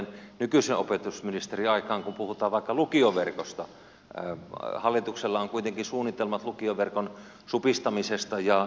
nykyisen opetusministerin aikaan kun puhutaan vaikka lukioverkosta hallituksella on kuitenkin suunnitelmat lukioverkon supistamisesta